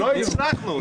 ולא הצלחנו.